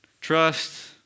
trust